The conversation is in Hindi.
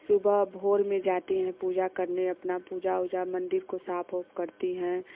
सुबह भोर में जाती हैं पूजा करने अपना पूजा उजा मन्दिर को साफ उफ करती हैं